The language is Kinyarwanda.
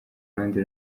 ruhande